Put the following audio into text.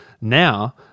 Now